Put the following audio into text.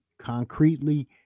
concretely